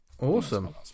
Awesome